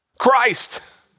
Christ